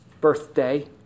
birthday